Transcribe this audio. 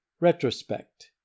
Retrospect